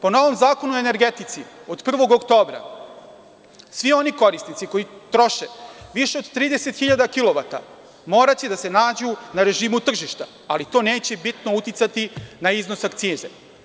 Po novom Zakonu o energetici, od 1. oktobra, svi oni korisnici koji troše više od 30 hiljada kilovata, moraće da se nađu na režimu tržišta, ali to neće bitno uticati na iznos akcize.